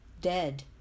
dead